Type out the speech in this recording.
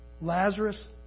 Lazarus